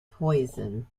poison